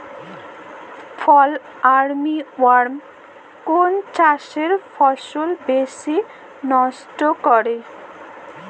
ফল armyworm কোন চাষের ফসল বেশি নষ্ট করে?